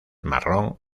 marrón